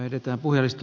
herra puhemies